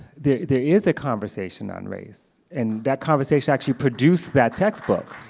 there there is a conversation on race. and that conversation actually produced that textbook.